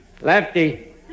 Lefty